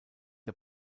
der